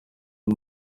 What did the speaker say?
uyu